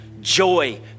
joy